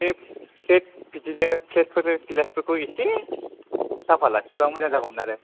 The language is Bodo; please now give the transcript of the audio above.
बे प्लेट बिदिनो प्लेटफोर गिलासफोरखौ एसे साफा लाखिबा मोजां जागौमोन आरो